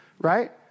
right